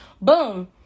Boom